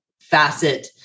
facet